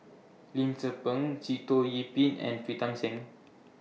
Lim Tze Peng Sitoh Yih Pin and Pritam Singh